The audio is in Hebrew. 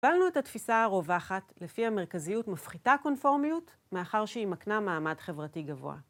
קבלנו את התפיסה הרווחת, לפיה מרכזיות מפחיתה קונפורמיות, מאחר שהיא מקנה מעמד חברתי גבוה.